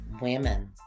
women